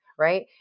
Right